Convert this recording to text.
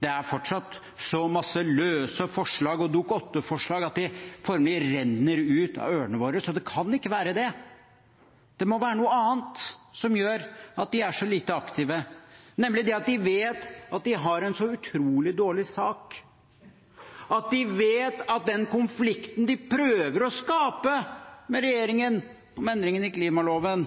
Det er fortsatt så mange løse forslag og Dokument 8-forslag at det formelig renner ut av ørene våre, så det kan ikke være det. Det må være noe annet som gjør at de er så lite aktive, nemlig at de vet at de har en så utrolig dårlig sak, at de vet at den konflikten de prøver å skape med regjeringen om endringene i klimaloven,